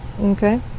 Okay